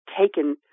taken